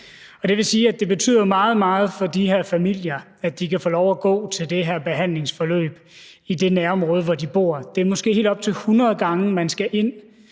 jo betyder meget for de her familier, at de kan få lov at gå til det her behandlingsforløb i det nærområde, hvor de bor. Det er måske helt op til 100 gange, man skal ind